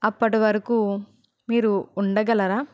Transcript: అప్పటివరకు మీరు ఉండగలరా